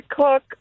cook